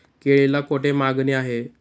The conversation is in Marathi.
केळीला कोठे मागणी आहे?